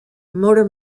motor